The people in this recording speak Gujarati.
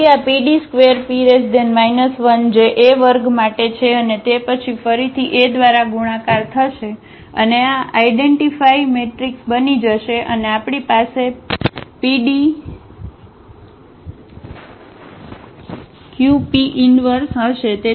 તેથી આ PD2P 1 જે A વર્ગ માટે છે અને તે પછી ફરીથી A દ્વારા ગુણાકાર થશે અને આ આઇડેન્ટીફાય મેટ્રિક્સ બની જશે અને આપણી પાસે PDQ P ઈનવર્ષ હશે